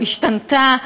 או השתנתה,